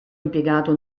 impiegato